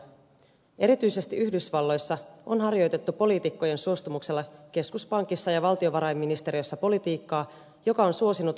erityisesti yhdysvalloissa on harjoitettu poliitikkojen suostumuksella keskuspankissa ja valtiovarainministeriössä politiikkaa joka on suosinut finanssiyritysten etua